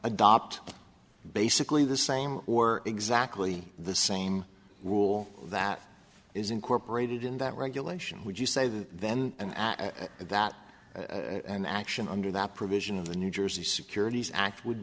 adopt basically the same or exactly the same rule that is incorporated in that regulation would you say that then and at that an action under that provision of the new jersey securities act would